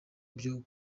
byo